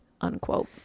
unquote